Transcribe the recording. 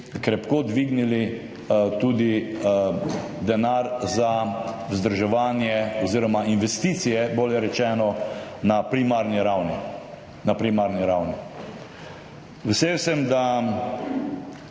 krepko dvignili tudi denar za vzdrževanje oziroma investicije, bolje rečeno, na primarni ravni. Vesel sem, da